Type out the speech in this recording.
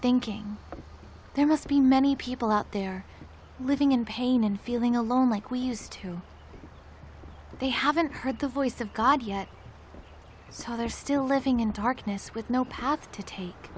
thinking there must be many people out there living in pain and feeling alone like we used to they haven't heard the voice of god yet so there are still living in darkness with no path to take